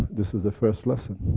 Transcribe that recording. this is the first lesson.